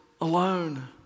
alone